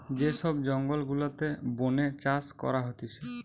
যে সব জঙ্গল গুলাতে বোনে চাষ করা হতিছে